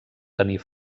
tenir